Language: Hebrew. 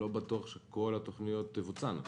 לא בטוח שכל התוכניות יבוצעו.